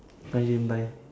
I didn't buy